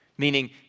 meaning